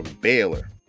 Baylor